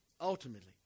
ultimately